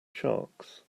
sharks